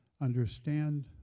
understand